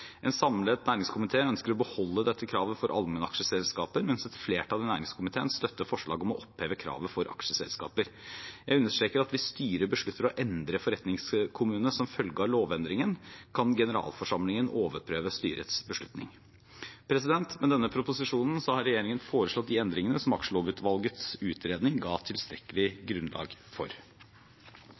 En samlet næringskomité ønsker å beholde dette kravet for allmennaksjeselskaper, mens et flertall i næringskomiteen støtter forslaget om å oppheve kravet for aksjeselskaper. Jeg understreker at hvis styret beslutter å endre forretningskommune som følge av lovendringen, kan generalforsamlingen overprøve styrets beslutning. Med denne proposisjonen har regjeringen foreslått de endringene som aksjelovutvalgets utredning ga tilstrekkelig grunnlag for.